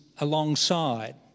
alongside